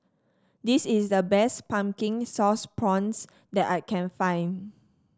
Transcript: this is the best Pumpkin Sauce Prawns that I can find